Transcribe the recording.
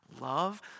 love